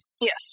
Yes